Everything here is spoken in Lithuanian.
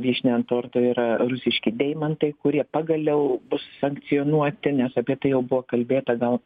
vyšnia ant torto yra rusiški deimantai kurie pagaliau bus sankcionuoti nes apie tai jau buvo kalbėta gal